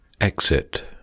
Exit